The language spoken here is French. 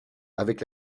avec